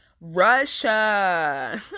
Russia